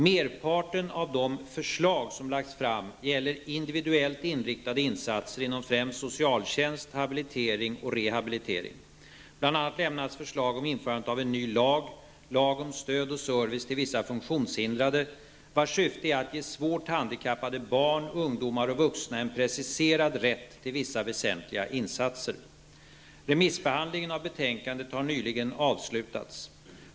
Merparten av de förslag som har lagts fram gäller individuellt inriktade insatser inom främst socialtjänst, habilitering och rehabilitering. vars syfte är att ge svårt handikappade barn, ungdomar och vuxna en preciserad rätt till vissa väsentliga insatser. Remissbehandlingen av betänkandet har nyligen avslutats.